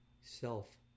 self